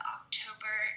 October